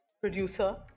producer